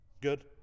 good